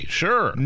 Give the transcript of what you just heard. sure